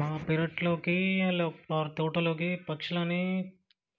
మా పెరట్లోకి ఆర్ మా తోటలోకి పక్షులని